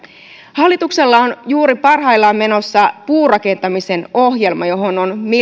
hallituksella on juuri parhaillaan menossa puurakentamisen ohjelma johon on